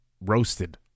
roasted